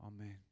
Amen